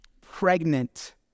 pregnant